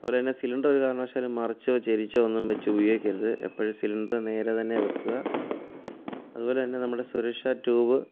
അതുപോലെ തന്നെ സിലിണ്ടർ ഒരു കാരണവശാലും മറിച്ചോ ചെരിച്ചോ ഒന്നും വെച്ചു ഉപയോഗിക്കരുത് എപ്പോഴും സിലിണ്ടർ നേരെ തന്നെ വെയ്ക്കുക അതുപോലെ തന്നെ നമ്മുടെ സുരക്ഷാ ട്യൂബ്